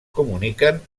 comuniquen